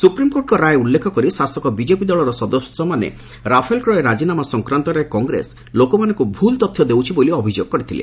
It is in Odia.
ସୁପ୍ରିମକୋର୍ଟଙ୍କ ରାୟ ଉଲ୍ଲ୍ଖ କରି ଶାସକ ବିଜେପି ଦଳର ସଦସ୍ୟମାନେ ରାଫେଲ କ୍ରୟ ରାଜିନାମା ସଂକ୍ରାନ୍ତରେ କଂଗ୍ରେସ ଲୋକମାନଙ୍କୁ ଭୁଲ୍ ତଥ୍ୟ ଦେଉଛି ବୋଲି ଅଭିଯୋଗ କରିଥିଲେ